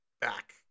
back